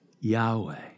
Yahweh